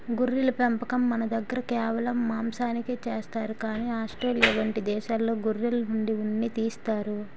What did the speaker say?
గొర్రెల పెంపకం మనదగ్గర కేవలం మాంసానికే చేస్తారు కానీ ఆస్ట్రేలియా వంటి దేశాల్లో గొర్రెల నుండి ఉన్ని తీస్తారు